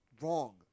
wrong